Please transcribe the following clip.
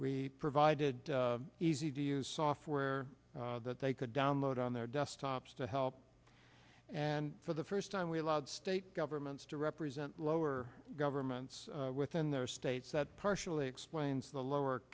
we provided easy to use software that they could download on their desktops to help and for the first time we allowed state governments to represent lower governments within their states that partially explains the lower